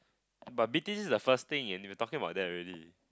but Beatrice this is the first thing in you talking about that already